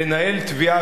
לנהל תביעה כזאת?